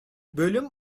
bölüm